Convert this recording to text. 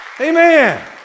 Amen